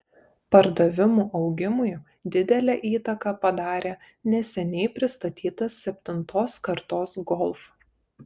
pardavimų augimui didelę įtaką padarė neseniai pristatytas septintos kartos golf